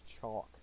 chalk